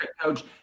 Coach